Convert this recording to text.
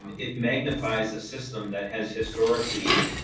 it magnifies the system that has historically